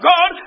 God